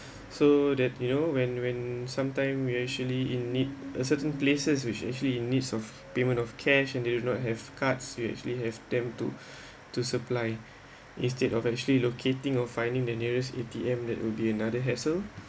so that you know when when sometime we actually in need a certain places which actually need of payment of cash and they do not have cards you actually have them to to supply instead of actually locating of finding the nearest A_T_M that would be another hassle